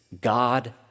God